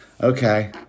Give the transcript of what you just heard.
okay